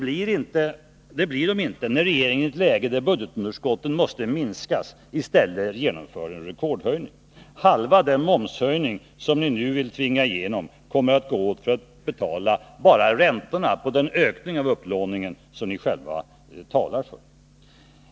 Och det blir de inte när regeringen i ett läge då budgetunderskotten måste minskas i stället genomför en rekordhöjning. Halva den momshöjning som ni nu vill tvinga igenom kommer att gå åt för att betala räntorna vara på den ökning av upplåningen som ni åstadkommer.